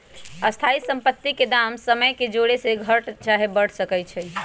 स्थाइ सम्पति के दाम समय के जौरे सेहो घट चाहे बढ़ सकइ छइ